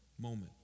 moment